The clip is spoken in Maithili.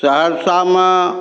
सहरसामे